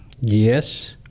Yes